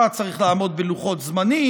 אתה צריך לעמוד בלוחות זמנים,